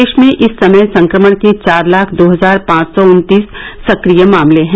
देश में इस समय संक्रमण के चार लाख दो हजार पांच सौ उन्तीस सक्रिय मामले हैं